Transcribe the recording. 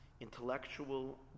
Intellectual